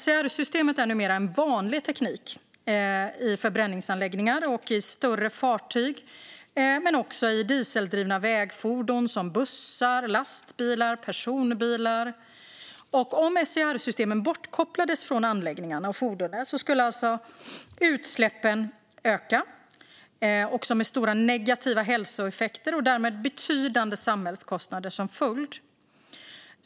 SCR-systemet är numera en vanlig teknik i förbränningsanläggningar och i större fartyg men också i dieseldrivna vägfordon, som bussar, lastbilar och personbilar. Om SCR-systemen bortkopplades från anläggningarna och fordonen skulle alltså utsläppen öka, med stora negativa hälsoeffekter och därmed betydande samhällskostnader som följd.